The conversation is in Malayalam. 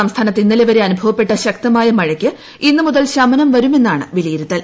സംസ്ഥാനത്ത് ഇന്നലെ വരെ അനുഭവപ്പെട്ട ശക്തമായ മഴക്ക് ഇന്ന് മുതൽ ശമനം വരുമെന്നാണ് വിലയിരുത്തൽ